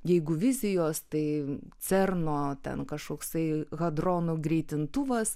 jeigu vizijos tai cerno ten kažkoksai hadronų greitintuvas